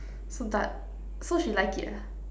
so so she like it lah